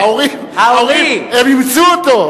ההורים, הם אימצו אותו.